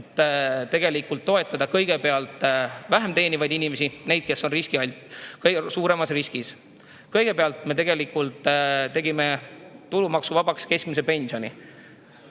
et tegelikult toetada kõigepealt vähem teenivaid inimesi – neid, kes on kõige suuremas riskis. Kõigepealt tegime me tulumaksuvabaks keskmise pensioni.